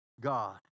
God